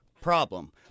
problem